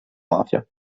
mafia